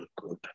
good